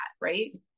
Right